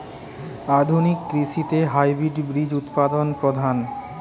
আধুনিক কৃষিতে হাইব্রিড বীজ উৎপাদন প্রধান